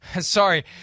Sorry